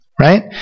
right